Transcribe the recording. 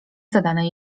zadane